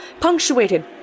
punctuated